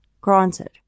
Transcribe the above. Granted